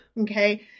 okay